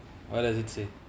what does it say